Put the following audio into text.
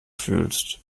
fühlst